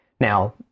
Now